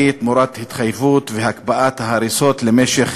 תמורת התחייבות והקפאת ההריסות למשך